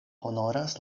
honoras